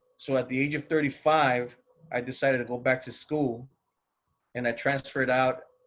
so, at the age of thirty five i decided to go back to school and i transferred out